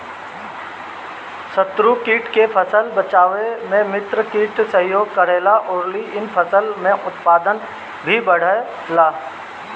शत्रु कीट से फसल बचावे में मित्र कीट सहयोग करेला अउरी इ फसल के उत्पादन भी बढ़ावेला